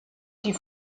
die